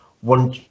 one